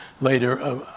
later